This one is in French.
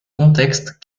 contexte